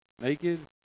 naked